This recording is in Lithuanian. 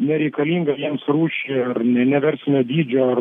nereikalingą jiems rūšį ar ne neverslinio dydžio